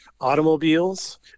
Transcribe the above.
automobiles